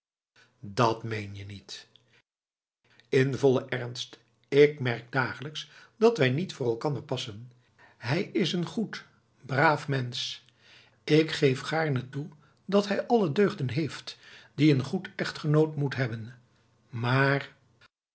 dat meen je niet in vollen ernst ik merk dagelijks dat wij niet voor elkander passen hij is een goed braaf mensch k geef gaarne toe dat hij alle deugden heeft die een goed echtgenoot moet hebben maar